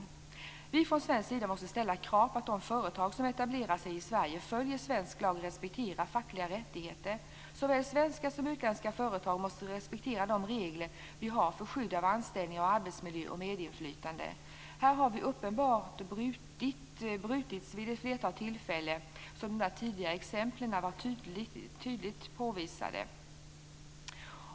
Vi måste från svensk sida ställa krav på att de företag som etablerar sig i Sverige följer svensk lag och respekterar fackliga rättigheter. Såväl svenska som utländska företag måste respektera de regler vi har för skydd av anställning, arbetsmiljö och medinflytande. Det har uppenbart brutits mot detta vid ett flertal tillfällen, som de tidigare exemplen tydligt visade.